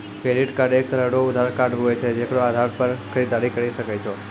credit card एक तरह रो उधार कार्ड हुवै छै जेकरो आधार पर खरीददारी करि सकै छो